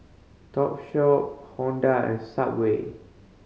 Topshop Honda and Subway